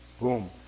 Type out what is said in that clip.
boom